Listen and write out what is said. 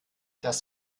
das